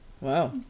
Wow